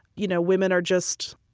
you know, women are just,